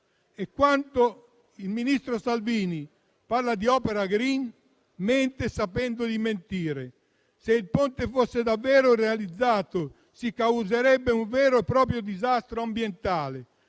Quando il ministro Salvini parla di opera *green*, mente sapendo di mentire. Se il Ponte fosse davvero realizzato, si causerebbe un vero e proprio disastro ambientale.